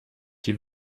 die